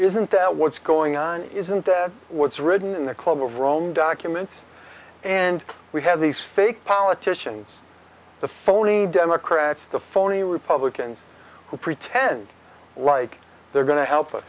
isn't that what's going on isn't dead what's written in the club of rome documents and we have these fake politicians the phony democrats the phony republicans who pretend like they're going to help us